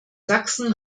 sachsen